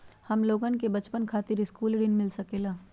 हमलोगन के बचवन खातीर सकलू ऋण मिल सकेला?